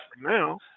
now